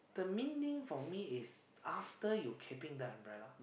the main thing for me is after you keeping the umbrella